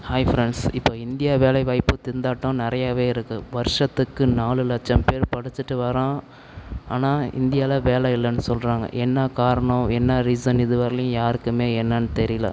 hi friends இப்போ India வேலைவாய்ப்பு திண்டாட்டம் நிறையவே இருக்குது வருஷத்துக்கு நாலு லட்சம் பேர் படிச்சுட்டு வர்றான் ஆனால் இந்தியாவில் வேலை இல்லைன்னு சொல்கிறாங்க என்ன காரணம் என்ன ரீசன் இதுவரையிலையும் யாருக்குமே என்னனு தெரியலை